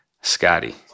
Scotty